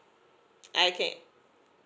I can